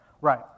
right